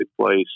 place